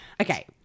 Okay